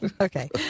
Okay